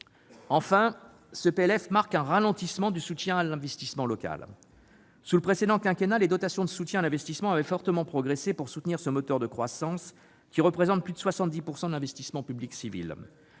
finances marque un ralentissement du soutien à l'investissement local. Sous le précédent quinquennat, les dotations de soutien à l'investissement avaient fortement progressé, pour conforter ce moteur de croissance qui représente plus de 70 % de l'investissement public civil.